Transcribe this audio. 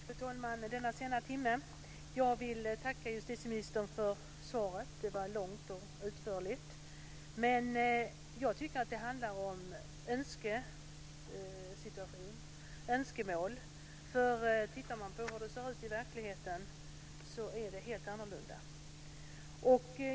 Fru talman! I denna sena timme vill jag tacka justitieministern för svaret. Det var långt och utförligt. Men jag tycker att det handlar om en önskesituation och önskemål, för tittar man på hur det ser ut i verkligheten är det helt annorlunda.